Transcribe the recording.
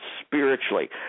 spiritually